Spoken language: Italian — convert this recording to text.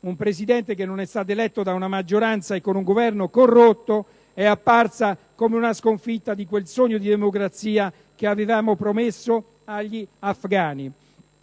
un Presidente che non è stato eletto da una maggioranza e con un Governo corrotto è apparsa come una sconfitta di quel sogno di democrazia che avevamo promesso agli afgani.